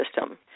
system